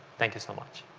thank you so much.